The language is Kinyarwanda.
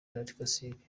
karisimbi